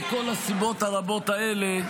מכל הסיבות הרבות האלה,